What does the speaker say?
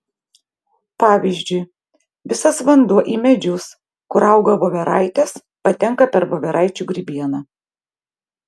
pavyzdžiui visas vanduo į medžius kur auga voveraitės patenka per voveraičių grybieną